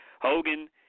Hogan